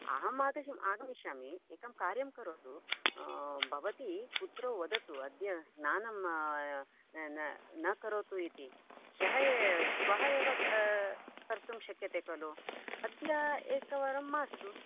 अहम्आगमिष् आगमिष्यामि एकं कार्यं करोतु भवती पुत्रौ वदतु अद्य स्नानं न न करोतु इति ह्यः एव श्वः एव कर्तुं शक्यते खलु अद्य एकवारं मास्तु